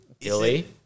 Billy